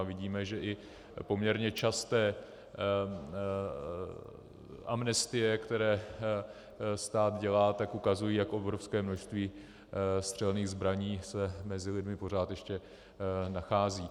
Vidíme, že i poměrně časté amnestie, které stát dělá, ukazují, jak obrovské množství střelných zbraní se mezi lidmi pořád ještě nachází.